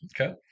Okay